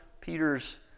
Peter's